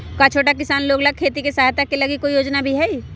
का छोटा किसान लोग के खेती सहायता के लगी कोई योजना भी हई?